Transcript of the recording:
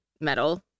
metal